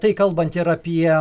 tai kalbant ir apie